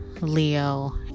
Leo